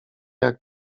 jak